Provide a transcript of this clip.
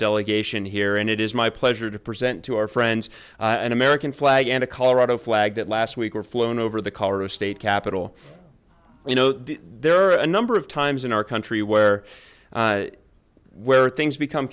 delegation here and it is my pleasure to present to our friends an american flag and a colorado flag that last week were flown over the color of state capitol you know that there are a number of times in our country where where things become